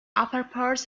upperparts